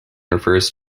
refers